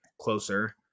closer